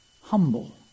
humble